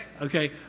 okay